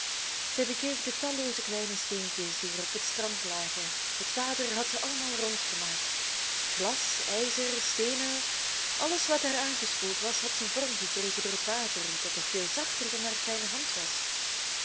zij bekeek de tallooze kleine steentjes die er op het strand lagen het water had ze allemaal rond gemaakt glas ijzer steenen alles wat daar aangespoeld was had zijn vorm gekregen door het water dat toch veel zachter dan haar fijne hand was